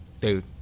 dude